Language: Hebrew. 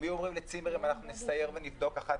אם היו אומרים לצימרים: אנחנו נסייר ונבדוק אחת